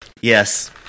Yes